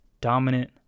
dominant